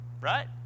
Right